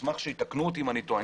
- נשמח שיתקנו אותי אם אני טועה.